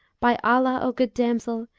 by allah, o good damsel,